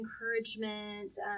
encouragement